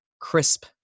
crisp